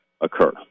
occur